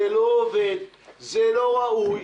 זה לא עובד, זה לא ראוי,